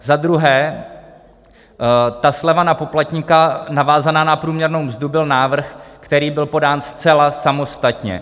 Za druhé, ta sleva na poplatníka navázaná na průměrnou mzdu byl návrh, který byl podán zcela samostatně.